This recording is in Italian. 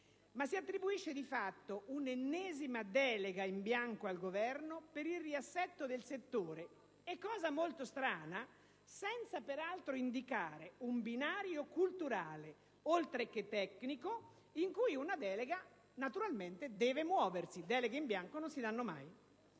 ma si attribuisce, di fatto, una ennesima delega in bianco al Governo per il riassetto del settore e - cosa molto strana - senza indicare peraltro un binario culturale, oltre che tecnico, in cui una delega deve naturalmente muoversi. Deleghe in bianco non se ne danno mai.